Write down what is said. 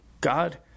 God